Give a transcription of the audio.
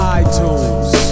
iTunes